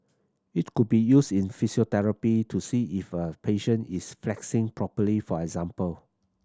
it could be used in physiotherapy to see if a patient is flexing properly for example